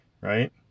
right